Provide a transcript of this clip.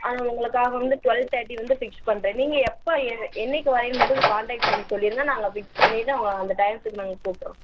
அதனால் உங்களுக்காக வந்து ட்வெல் தேர்ட்டி வந்து ஃபிக்ஸ் பண்ணுறேன் நீங்கள் எப்போ என் என்னைக்கு வாரேன்னு மட்டும் காண்டக்ட் பண்ணி சொல்லிருங்க நாங்கள் ஃபிக்ஸ் பண்ணிவிட்டு உங்களை அந்த டயத்துக்கு நாங்கள் கூப்பிட்றோம்